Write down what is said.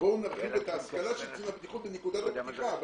בואו נרחיב את ההשכלה של קצין הבטיחות בנקודת הפתיחה.